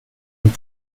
und